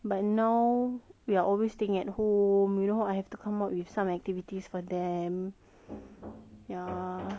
but now we're always staying at home you know I have to come up with some activities for them ya